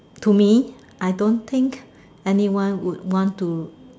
to me I don't think anyone would want to